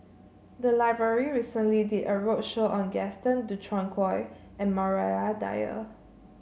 the library recently did a roadshow on Gaston Dutronquoy and Maria Dyer